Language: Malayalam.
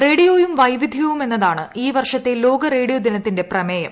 റേഡിയോയും വൈവിദ്ധ്യവും എന്നതാണ് ഈ വർഷത്തെ ലോക റേഡിയോ ദിനത്തിന്റെ പ്രമേയം